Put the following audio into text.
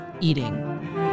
eating